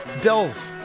Dell's